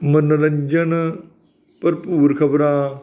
ਮਨੋਰੰਜਨ ਭਰਪੂਰ ਖਬਰਾਂ